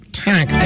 tank